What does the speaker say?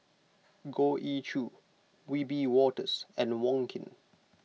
Goh Ee Choo Wiebe Wolters and Wong Keen